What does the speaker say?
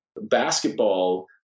basketball